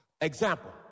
Example